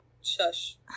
shush